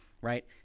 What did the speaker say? right